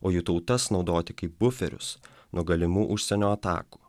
o jų tautas naudoti kaip buferius nuo galimų užsienio atakų